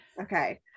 Okay